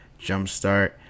jumpstart